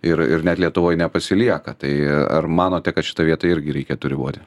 ir ir net lietuvoj nepasilieka tai ar manote kad šitą vietą irgi reikėtų riboti